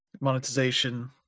monetization